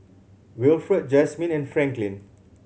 Wilfred Jazmin and Franklyn